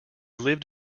lived